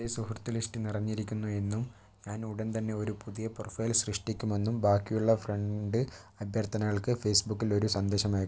എന്റെ സുഹൃത്ത് ലിസ്റ്റ് നിറഞ്ഞിരിക്കുന്നു എന്നും ഞാൻ ഉടൻ തന്നെ ഒരു പുതിയ പ്രൊഫൈൽ സൃഷ്ടിക്കുമെന്നും ബാക്കിയുള്ള ഫ്രണ്ട് അഭ്യർത്ഥനകൾക്ക് ഫേസ്ബുക്കിൽ ഒരു സന്ദേശം അയയ്